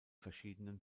verschiedenen